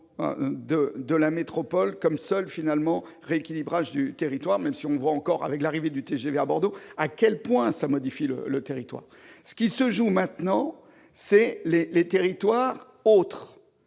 de la métropole comme seul moyen de rééquilibrage du territoire, même si on voit encore avec l'arrivée du TGV à Bordeaux à quel point cela modifie le territoire. Ce qui se joue maintenant, ce sont les territoires autres.